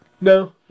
No